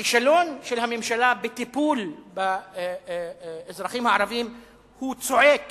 הכישלון של הממשלה בטיפול באזרחים הערבים צועק